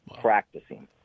practicing